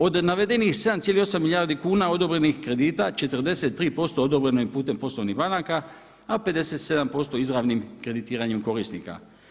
Od navedenih 7,8 milijardi kuna odobrenih kredita 43% odobreno je putem poslovnih banaka, a 57% izravnim kreditiranjem korisnika.